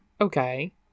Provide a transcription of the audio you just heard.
Okay